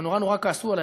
ונורא נורא כעסו עלי,